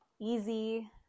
easy